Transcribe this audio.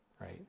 right